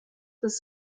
bis